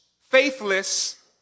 faithless